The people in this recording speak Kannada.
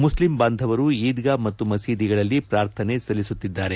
ಮುಸ್ಲಿಂ ಬಾಂಧವರು ಈದ್ಗಾ ಮತ್ತು ಮಸೀದಿಗಳಲ್ಲಿ ಪ್ರಾಥನೆ ಸಲ್ಲಿಸಲಿದ್ದಾರೆ